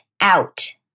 out